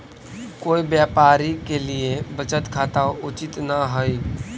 कोई व्यापारी के लिए बचत खाता उचित न हइ